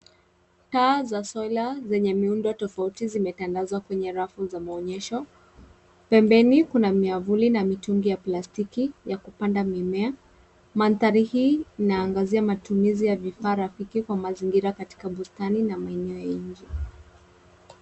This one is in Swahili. Taa za sola zenye miundo tofauti zimetandazwa kwenye rafu la muonyesho. Pembeni kuna miafuli na ya plastiki ya kipanda mimea. Mandari hii inaangazia matumizi ya Vifaa rafiki za mazingira